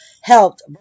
helped